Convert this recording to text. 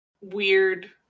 weird